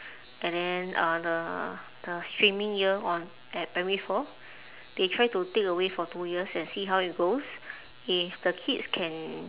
and then uh the the streaming year on at primary four they try to take away for two years and see how it goes if the kids can